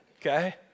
okay